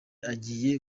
agiye